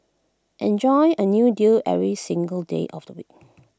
enjoy A new deal every single day of the week